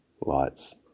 lights